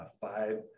five